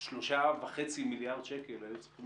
שלושה וחצי מיליארד שקלים היו צריכים